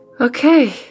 okay